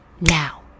now